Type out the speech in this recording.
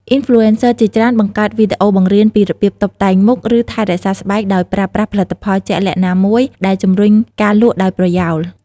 អុីនផ្លូអេនសឹ ជាច្រើនបង្កើតវីដេអូបង្រៀនពីរបៀបតុបតែងមុខ ឬថែរក្សាស្បែកដោយប្រើប្រាស់ផលិតផលជាក់លាក់ណាមួយ ដែលជំរុញការលក់ដោយប្រយោល។